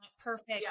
perfect